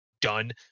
done